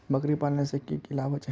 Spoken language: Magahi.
बकरी पालने से की की लाभ होचे?